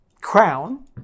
crown